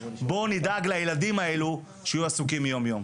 בואו נדאג לילדים האלה, שיהיו עסוקים יום-יום.